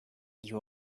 you